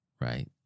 right